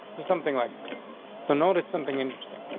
there's something like this so noticed something interesting.